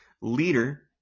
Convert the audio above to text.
leader